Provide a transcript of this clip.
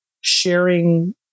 sharing